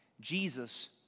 Jesus